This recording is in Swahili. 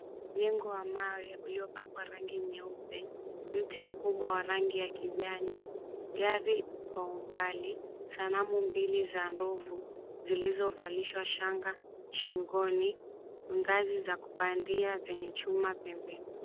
Jengo wa mawe uliopakwa rangi nyeupe, mti mkubwa wa rangi ya kijani, gari kwa umbali, sanamu mbili za ndovu zilizovalishwa shanga shingoni, ngazi za kupandia zenye chuma pembeni.